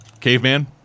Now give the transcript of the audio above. Caveman